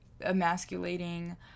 emasculating